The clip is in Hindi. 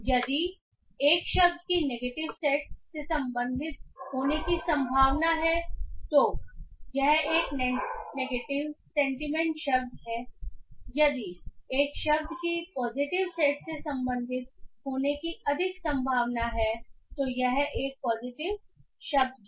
यदि एक शब्द की नेगेटिव सेट से संबंधित होने की संभावना है तो यह एक नेगेटिव सेंटीमेंट शब्द है यदि एक शब्द की पॉजिटिव सेट से संबंधित होने की अधिक संभावना है तो यह एक पॉजिटिव शब्द है